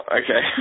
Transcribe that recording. okay